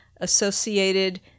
associated